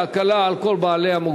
4. מה תעשה להקלה על כל בעלי המוגבלויות?